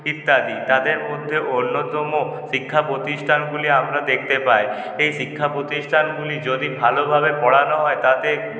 ইত্যাদি তাদের মধ্যে অন্যতম শিক্ষা প্রতিষ্ঠানগুলি আমরা দেখতে পাই এই শিক্ষা প্রতিষ্ঠানগুলি যদি ভালোভাবে পড়ানো হয় তাতে